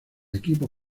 equipo